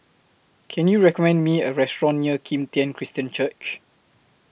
Can YOU recommend Me A Restaurant near Kim Tian Christian Church